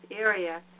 area